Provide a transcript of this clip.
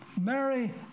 Mary